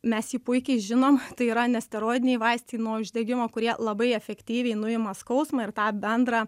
mes jį puikiai žinom tai yra nesteroidiniai vaistai nuo uždegimo kurie labai efektyviai nuima skausmą ir tą bendrą